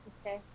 Okay